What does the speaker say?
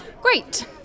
Great